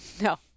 No